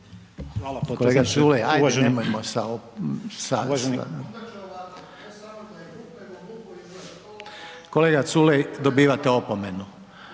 Kolega Culej dobivate opomenu.